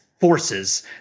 forces